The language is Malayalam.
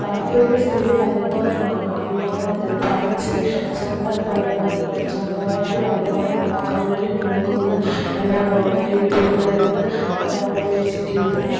അവർക്ക് ഒരു സ്ഥിര വരുമാനം ആണ് അറിയാവുന്നവർ അത് പഠിച്ച് സ്വന്തം വരുമാനം സ്വന്തം ആയിട്ടൊരു വരുമാനം ഉണ്ടാക്കാൻ വേണ്ടി നോക്കുന്നത് എല്ലാമാണ് ഈ തുന്നൽ എന്ന് കൊണ്ടവർ ഉദ്ദേശിക്കുന്നത്